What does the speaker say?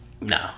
No